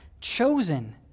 chosen